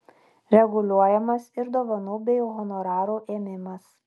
reguliuojamas ir dovanų bei honorarų ėmimas